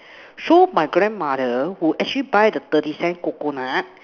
so my grandmother who actually buy the thirty cent coconut